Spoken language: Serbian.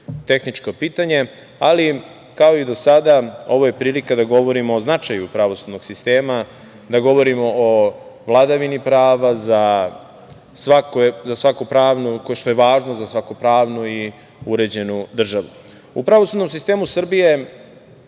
tehničko pitanje, ali kao i do sada ovo je prilika da govorimo o značaju pravosudnog sistema, da govorimo o vladavini prava, kao što je važno za svaku pravnu i uređenu državu.U pravosudnom sistemu Srbije